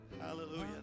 Hallelujah